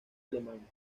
alemán